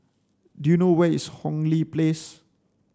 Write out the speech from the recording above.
do you know where is Hong Lee Place